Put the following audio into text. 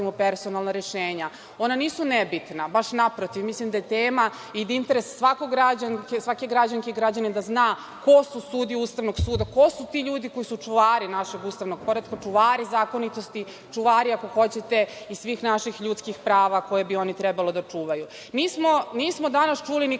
personalna rešenja. Ona nisu nebitna, baš naprotiv, mislim da je tema i interes svake građanke i građanina da zna ko su sudije Ustavnog suda, ko su ti ljudi koji su čuvari našeg ustavnog poretka, čuvari zakonitosti, čuvari, ako hoćete, i svih naših ljudskih prava koje bi oni trebali da čuvaju. Nismo danas čuli ni